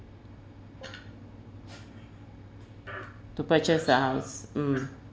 to purchase a house mm